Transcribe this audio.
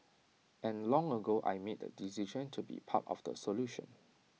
and long ago I made the decision to be part of the solution